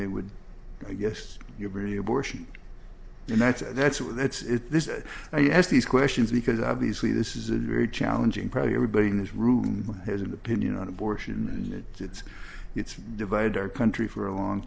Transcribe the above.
they would i guess you're very abortion and that's that's what it's this is yes these questions because obviously this is a very challenging probably everybody in this room has an opinion on abortion and it's it's divided our country for a long